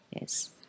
Yes